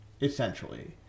Essentially